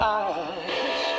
eyes